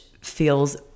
feels